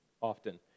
often